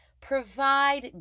provide